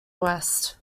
west